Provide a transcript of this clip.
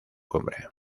cumbre